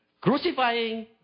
crucifying